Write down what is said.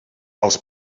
els